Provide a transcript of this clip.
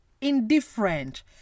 indifferent